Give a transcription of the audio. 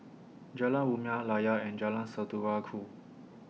Jalan Rumia Layar and Jalan Saudara Ku